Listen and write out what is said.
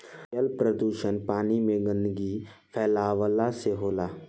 जल प्रदुषण पानी में गन्दगी फैलावला से होला